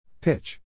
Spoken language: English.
Pitch